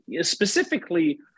specifically